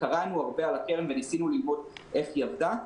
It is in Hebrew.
קראנו הרבה על הקרן וניסינו ללמוד איך היא עבדה.